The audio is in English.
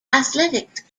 athletics